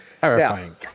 Terrifying